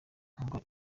ngo